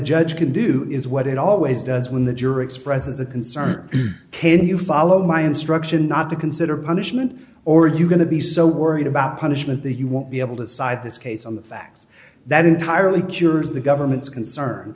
judge can do is what it always does when the juror expresses a concern can you follow my instructions not to consider punishment or are you going to be so worried about punishment that you won't be able to decide this case on the facts that entirely cures the government's concern